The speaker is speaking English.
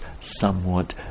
somewhat